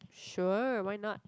sure why not